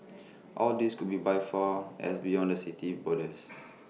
all these could be by far as beyond the city's borders